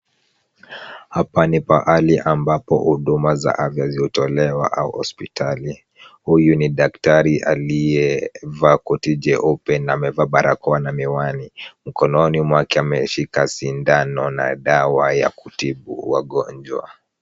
Hapa ni pahali ambapo huduma za afya hutolewa au hospitali. Huyu ni daktari aliyevaa koti jeupe na amevaa barakoa na miwani, mkononi mwake ameshika sindano na dawa ya kutibu wagonjwa.